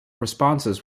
responses